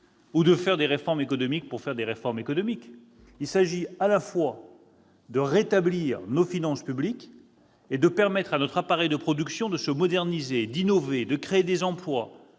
ou de faire des réformes économiques pour faire des réformes économiques. Il s'agit, à la fois, de rétablir nos finances publiques et de permettre à notre appareil de production de se moderniser, d'innover, de créer des emplois,